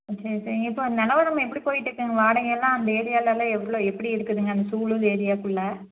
okay okay இப்போ நிலவரம் எப்படி போயிட்ருக்குங்க வாடகையெல்லாம் அந்த ஏரியாவிலலாம் எவ்வளோ எப்படி இருக்குதுங்க அந்த சூலூர் ஏரியாகுள்ளே